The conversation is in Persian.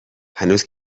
هنوز